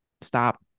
stop